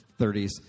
30s